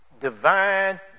divine